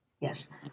Yes